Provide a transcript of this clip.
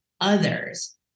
others